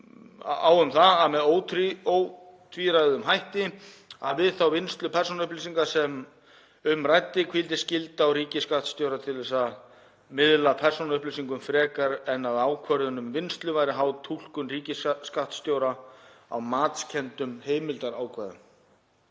um það með ótvíræðum hætti að við þá vinnslu persónuupplýsinga sem um ræddi hvíldi skylda á ríkisskattstjóra til þess að miðla persónuupplýsingum frekar en að ákvörðun um vinnslu væri háð túlkun ríkisskattstjóra á matskenndum heimildarákvæðum.